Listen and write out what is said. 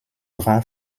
grand